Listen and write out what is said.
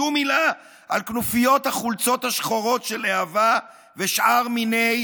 שום מילה על כנופיות החולצות השחורות של להב"ה ושאר מיני